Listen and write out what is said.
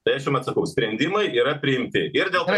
tai aš jum atsakau sprendimai yra priimti ir dėl to